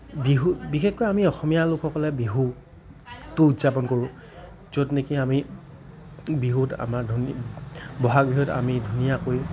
বিহু বিশেষকৈ আমি অসমীয়া লোকসকলে বিহুটো উদযাপন কৰোঁ য'ত নেকি আমি বিহুত আমাৰ ধুনী বহাগ বিহুত আমি ধুনীয়াকৈ